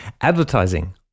Advertising